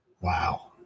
Wow